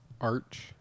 Arch